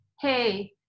hey